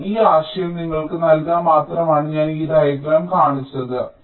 അതിനാൽ ഈ ആശയം നിങ്ങൾക്ക് നൽകാൻ മാത്രമാണ് ഞാൻ ഈ ഡയഗ്രം കാണിച്ചത്